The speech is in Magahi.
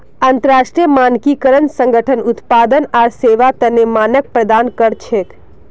अंतरराष्ट्रीय मानकीकरण संगठन उत्पाद आर सेवार तने मानक प्रदान कर छेक